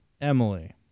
Emily